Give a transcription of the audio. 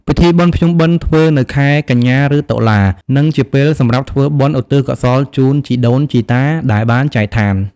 ពិធីបុណ្យភ្ជុំបិណ្ឌធ្វើនៅខែកញ្ញាឬតុលា និងជាពេលសម្រាប់ធ្វើបុណ្យឧទ្ទិសកុសលជូនជីដូនជីតាដែលបានចែកឋាន។